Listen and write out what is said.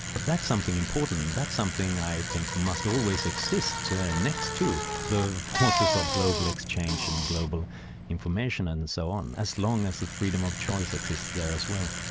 that's something important and that's something i think must always exist next to the forces of global exchange and global information and so on. as long as the freedom of choice exists there as well.